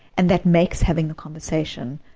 and that makes having a conversation,